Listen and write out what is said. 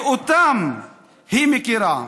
ואותם היא מכירה,